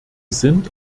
sind